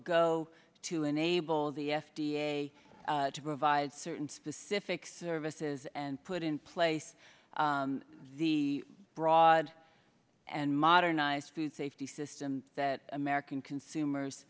go to enable the f d a to provide certain specific services and put in place the broad and modernized food safety system that american consumers